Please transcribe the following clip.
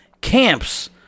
camps